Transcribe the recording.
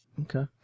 Okay